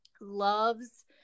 loves